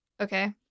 okay